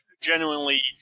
genuinely